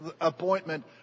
appointment